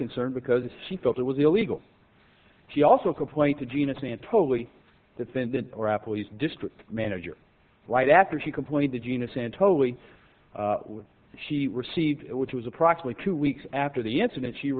concerned because she felt it was illegal she also complained to gina santoli defendant or applebee's district manager right after she complained to genus and totally when she received it which was approximately two weeks after the incident she